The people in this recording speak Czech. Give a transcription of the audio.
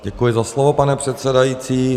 Děkuji za slovo, pane předsedající.